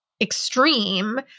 extreme